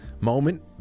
moment